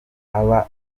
aba